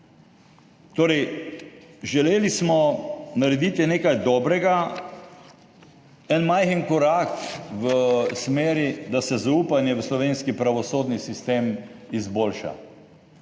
že. Želeli smo narediti nekaj dobrega, en majhen korak v smeri, da se zaupanje v slovenski pravosodni sistem izboljša.